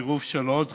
בצירוף עוד חברים.